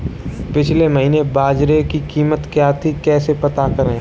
पिछले महीने बाजरे की कीमत क्या थी कैसे पता करें?